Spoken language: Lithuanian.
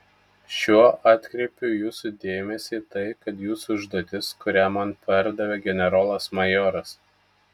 šiuo atkreipiu jūsų dėmesį į tai kad jūsų užduotis kurią man perdavė generolas majoras